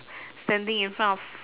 standing in front of